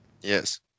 yes